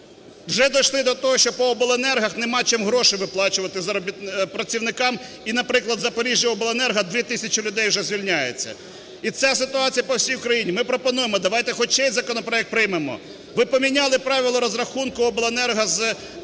Вже дійшли до того, що по обленергах немає чим гроші виплачувати працівникам. І, наприклад, "Запоріжжяобленерго" 2 тисячі людей вже звільняються. І ця ситуація по всій Україні. Ми пропонуємо, давайте хоч чийсь законопроект приймемо. Ви поміняли правила розрахунку обленерго з